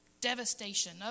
devastation